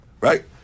right